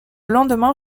lendemain